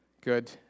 good